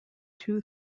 two